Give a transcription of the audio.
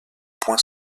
point